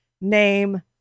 name